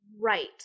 Right